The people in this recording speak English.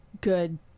good